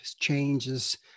changes